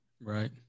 Right